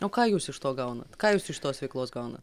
o ką jūs iš to gaunat ką jūs iš tos veiklos gaunat